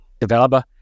developer